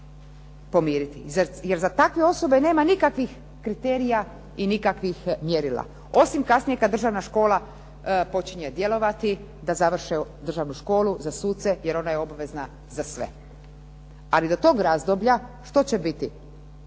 pomiriti? Jer za takve osobe nema nikakvih kriterija i nikakvih mjerila. Osim kasnije kad državna škola počinje djelovati da završe državnu školu za suce jer ona je obvezna za sve. Ali do tog razdoblja što će biti